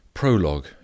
Prologue